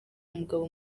umugabo